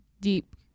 deep